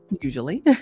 usually